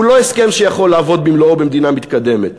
הוא לא הסכם שיכול לעבוד במלואו במדינה מתקדמת.